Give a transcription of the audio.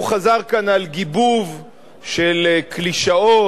הוא חזר כאן על גיבוב של קלישאות,